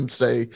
say –